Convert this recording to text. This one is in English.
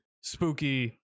spooky